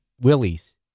Willies